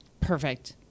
Perfect